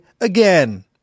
again